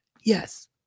Yes